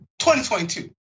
2022